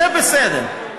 זה בסדר.